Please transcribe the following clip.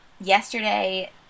yesterday